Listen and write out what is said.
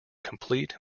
complete